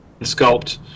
sculpt